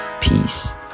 peace